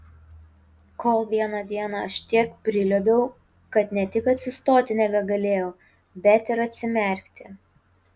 kol vieną dieną aš tiek priliuobiau kad ne tik atsistoti nebegalėjau bet ir atsimerkti